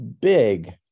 big